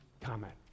comment